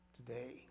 Today